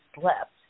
slept